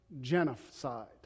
genocide